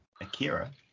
Akira